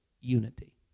unity